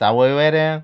सावयवेऱ्यां